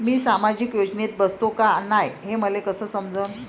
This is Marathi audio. मी सामाजिक योजनेत बसतो का नाय, हे मले कस समजन?